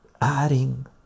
adding